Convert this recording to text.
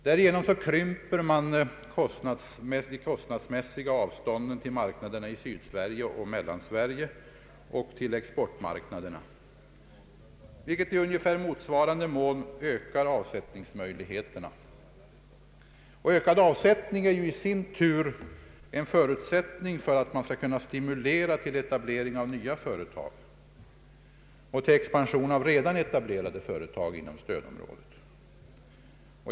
Därigenom krymps de kostnadsmässiga avstånden till marknaderna i Sydoch Mellansverige och till exportmarknaderna, vilket i ungefär motsvarande mån ökar = avsättningsmöjligheterna. Ökad avsättning är ju i sin tur en förutsättning för att man skall kunna stimulera till etablering av nya företag och till expansion av redan etablerade företag inom stödområdet.